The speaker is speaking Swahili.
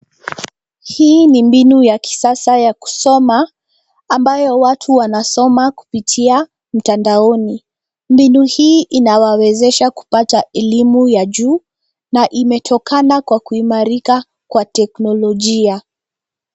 Hii ni mbinu ya kisasa ya kusoma ambayo watu wanasoma kupitia mtandaoni. Mbinu hii inawawezesha kupata elimu ya juu na imetokana kwa kuimarika kwa teknolojia.